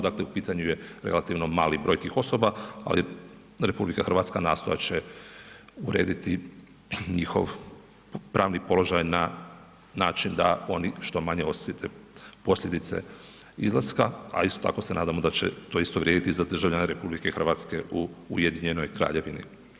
Dakle, u pitanju je relativno mali broj tih osoba, ali RH nastojat će urediti njihov pravni položaj na način da oni što manje osjete posljedice izlaska, a isto tako se nadamo da će to isto vrijediti za državljane RH u Ujedinjenoj Kraljevini.